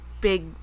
big